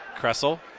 Kressel